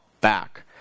back